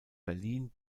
berlin